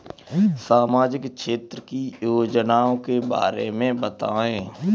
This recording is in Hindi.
सामाजिक क्षेत्र की योजनाओं के बारे में बताएँ?